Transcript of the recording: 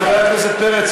חבר הכנסת פרץ,